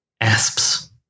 Asps